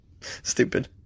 Stupid